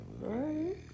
right